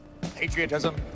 patriotism